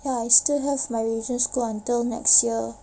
ya I still have my religious school until next year